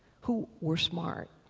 who were smart,